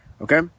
okay